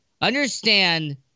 understand